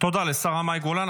תודה לשרה מאי גולן.